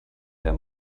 der